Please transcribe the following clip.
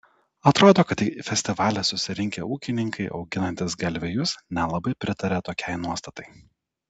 atrodo kad į festivalį susirinkę ūkininkai auginantys galvijus nelabai pritaria tokiai nuostatai